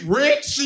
rich